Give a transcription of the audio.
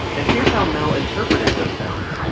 and here's how mel interpreted those sounds